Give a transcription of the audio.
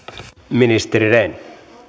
ministeri rehn